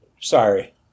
Sorry